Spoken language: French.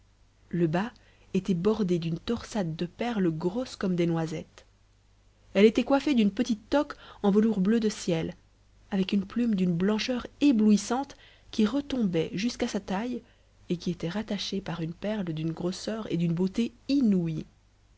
le bas était bordé d'une torsade de perles grosses comme des noisettes elle était coiffée d'une petite toque en velours bleu de ciel avec une plume d'une blancheur éblouissante qui retombait jusqu'à sa taille et qui était rattachée par une perle d'une grosseur et d'une beauté inouïes